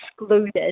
excluded